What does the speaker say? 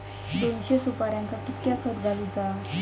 दोनशे सुपार्यांका कितक्या खत घालूचा?